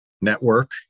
network